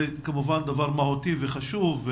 זה כמובן דבר מהותי וחשוב,